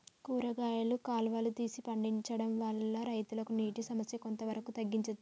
కూరగాయలు కాలువలు తీసి పండించడం వల్ల రైతులకు నీటి సమస్య కొంత వరకు తగ్గించచ్చా?